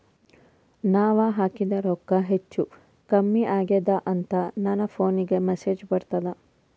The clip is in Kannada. ನಾವ ಹಾಕಿದ ರೊಕ್ಕ ಹೆಚ್ಚು, ಕಮ್ಮಿ ಆಗೆದ ಅಂತ ನನ ಫೋನಿಗ ಮೆಸೇಜ್ ಬರ್ತದ?